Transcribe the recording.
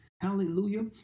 Hallelujah